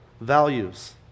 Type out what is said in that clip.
values